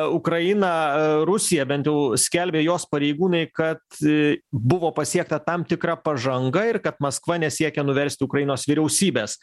ukraina rusija bent jau skelbia jos pareigūnai kad buvo pasiekta tam tikra pažanga ir kad maskva nesiekia nuversti ukrainos vyriausybės